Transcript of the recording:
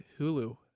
Hulu